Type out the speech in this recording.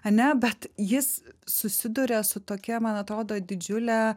ane bet jis susiduria su tokia man atrodo didžiule